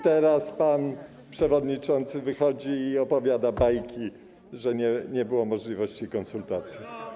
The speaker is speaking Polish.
Teraz pan przewodniczący wychodzi i opowiada bajki, że nie było możliwości konsultacji.